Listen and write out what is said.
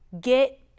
Get